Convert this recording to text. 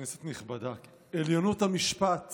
כנסת נכבדה, "עליונות המשפט